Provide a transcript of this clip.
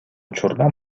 учурда